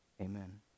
amen